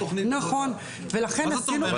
מה עושים עם התקציב, צריך תכנית עבודה.